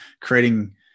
creating